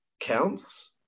counts